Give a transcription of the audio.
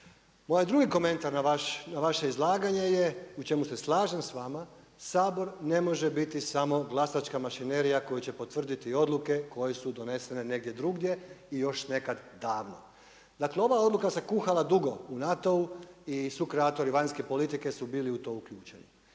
Moj drugi komentar na vaše izlaganje je u čemu se slažem sa vama Sabor ne može biti samo glasačka mašinerija koja će potvrditi odluke koje su donesene negdje drugdje i još nekad davno. Dakle, ova odluka se kuhala dugo u NATO-u i sukreatori vanjske politike su bili u to uključeni.